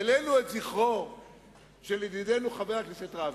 העלינו את זכרו של ידידנו חבר הכנסת רביץ.